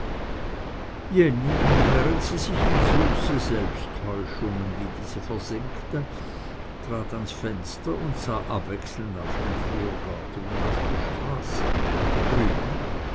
jenny während sie sich in süße selbsttäuschungen wie diese versenkte trat ans fenster und sah abwechselnd auf den vorgarten und die straße drüben